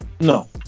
No